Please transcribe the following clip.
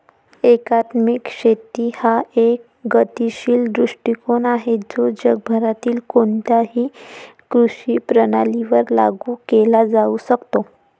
एकात्मिक शेती हा एक गतिशील दृष्टीकोन आहे जो जगभरातील कोणत्याही कृषी प्रणालीवर लागू केला जाऊ शकतो